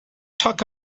talk